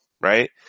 right